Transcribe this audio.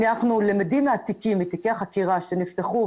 אנחנו למדים מתיקי החקירה שנפתחו,